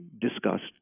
discussed